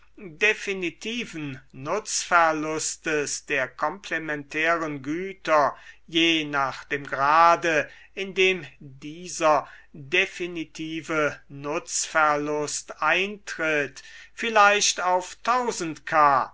definitiven nutzverlustes der komplementären güter je nach dem grade in dem dieser definitive nutzverlust eintritt vielleicht auf k